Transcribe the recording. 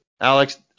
Alex